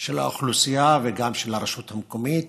של האוכלוסייה וגם של הרשות המקומית